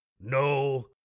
no